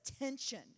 attention